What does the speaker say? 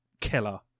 killer